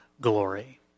glory